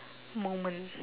moment